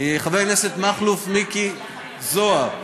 חבר הכנסת מכלוף מיקי זוהר,